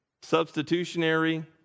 substitutionary